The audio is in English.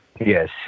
Yes